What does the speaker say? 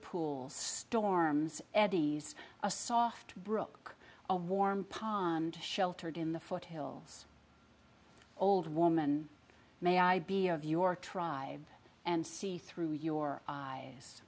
whirlpools storms eddies a soft brook a warm pond sheltered in the foothills old woman may i be of your tribe and see through your eyes